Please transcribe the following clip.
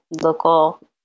local